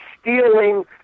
stealing